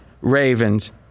Ravens